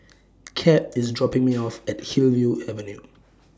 Cap IS dropping Me off At Hillview Avenue